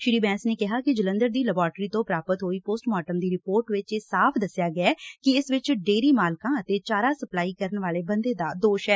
ਸ੍ਰੀ ਬੈਂਸ ਨੇ ਕਿਹਾ ਕਿ ਜਲੰਧਰ ਦੀ ਲੈਬਾਰਟਰੀ ਤੋਂ ਪ੍ਰਾਪਤ ਹੋਈ ਪੋਸਟਮਾਰਟਮ ਦੀ ਰਿਪੋਰਟ ਵਿਚ ਸਾਫ ਦਸਿਆ ਗਿਆ ਕਿ ਇਸ ਵਿਚ ਡੇਅਰੀ ਮਾਲਕਾਂ ਅਤੇ ਚਾਰਾ ਸਪਲਾਈ ਕਰਨ ਵਾਲੇ ਬੰਦੇ ਦਾ ਦੋਸ ਐ